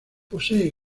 posee